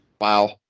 Wow